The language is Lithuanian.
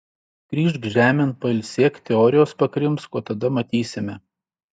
grįžk žemėn pailsėk teorijos pakrimsk o tada matysime